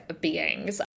beings